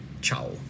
Ciao